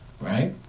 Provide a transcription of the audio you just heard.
right